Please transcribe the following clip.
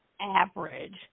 average